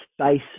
space